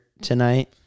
tonight